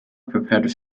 prepared